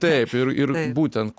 taip ir ir būtent